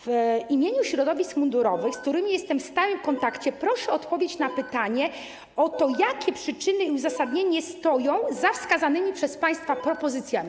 W imieniu środowisk mundurowych, z którymi jestem w stałym kontakcie, proszę o odpowiedź na pytanie o to, jakie przyczyny i uzasadnienie stoją za wskazanymi przez państwa propozycjami.